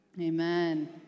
amen